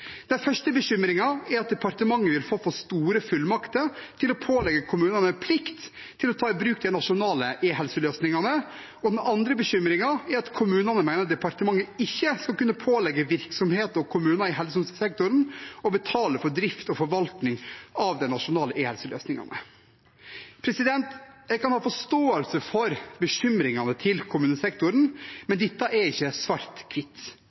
Den første bekymringen er at departementet vil få for store fullmakter til å pålegge kommunene en plikt til å ta i bruk de nasjonale e-helseløsningene, og den andre bekymringen er at kommunene mener at departementet ikke skal kunne pålegge virksomheter og kommuner i helse- og omsorgssektoren å betale for drift og forvaltning av de nasjonale e-helseløsningene. Jeg kan ha forståelse for bekymringene til kommunesektoren, men dette er ikke